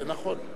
זה נכון.